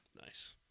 nice